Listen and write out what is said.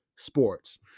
sports